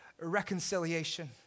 reconciliation